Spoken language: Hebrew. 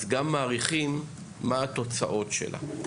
אז גם מעריכים מה התוצאות שלה.